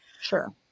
Sure